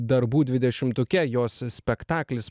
darbų dvidešimtuke jos spektaklis